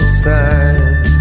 side